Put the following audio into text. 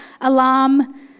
alarm